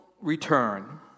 return